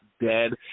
dead